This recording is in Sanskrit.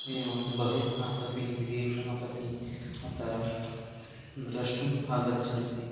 एवं बहिस्तादपि विदेशादपि अत्र द्रष्टुम् आगच्छन्ति